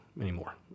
anymore